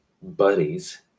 buddies